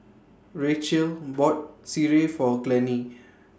Racheal bought Sireh For Glennie